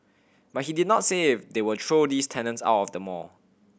but he did not say if they will throw these tenants out of the mall